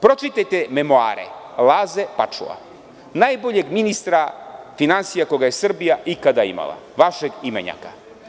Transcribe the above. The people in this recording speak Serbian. Pročitajte memoare Laze Pačua, najboljeg ministra finansija koga je Srbija ikada imala, vašeg imenjaka.